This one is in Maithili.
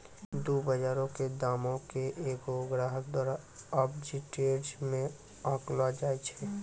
दु बजारो के दामो के एगो ग्राहको द्वारा आर्बिट्रेज मे आंकलो जाय छै